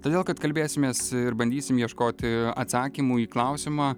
todėl kad kalbėsimės ir bandysim ieškoti atsakymų į klausimą